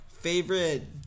Favorite